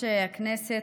הכנסת.